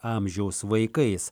amžiaus vaikais